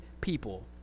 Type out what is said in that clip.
people